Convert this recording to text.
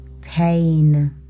Pain